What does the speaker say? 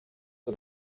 the